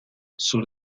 sur